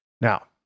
Now